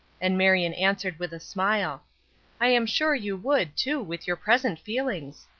and marion answered with a smile i am sure you would, too, with your present feelings.